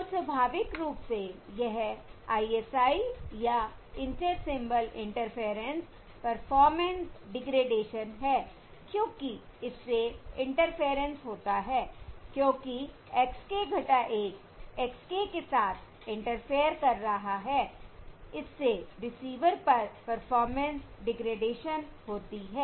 और स्वाभाविक रूप से यह ISI या intersymbol interference performance degradation है क्योंकि इससे इंटरफेयरेंस होता है क्योंकि x k 1 x k के साथ इंटरफेयर कर रहा है इससे रिसीवर पर परफॉर्मेंस डिग्रेडेशन होती है